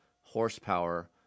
horsepower